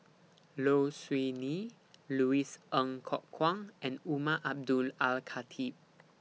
Low Siew Nghee Louis Ng Kok Kwang and Umar Abdullah Al Khatib